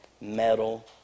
metal